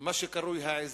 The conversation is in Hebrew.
מה שקרוי העזים,